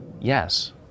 Yes